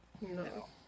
No